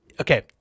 Okay